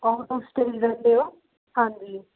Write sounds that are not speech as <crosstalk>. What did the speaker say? ਔਰ ਤੁਸੀਂ <unintelligible> ਹਾਂਜੀ